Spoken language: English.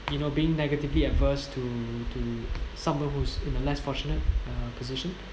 you know being negatively averse to to somebody who's in the less fortunate position